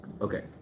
Okay